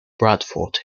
bradford